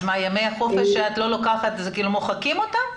ימי החופש שאת לא לוקחת, כאילו מוחקים אותם?